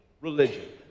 religion